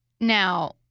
Now